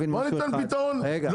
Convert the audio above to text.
את הפתרון הזה אתם רוצים להשאיר?